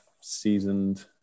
seasoned